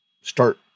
start